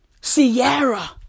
Sierra